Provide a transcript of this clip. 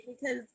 because-